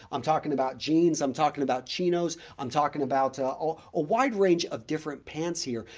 i'm talking about jeans, i'm talking about chinos, i'm talking about ah ah a wide range of different pants here,